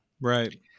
Right